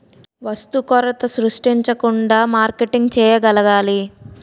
వస్తు కొరత సృష్టించకుండా మార్కెటింగ్ చేయగలగాలి